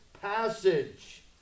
passage